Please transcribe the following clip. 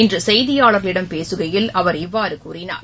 இன்றுசெய்தியாளர்களிடம் பேசுகையில் அவர் இவ்வாறுகூறினார்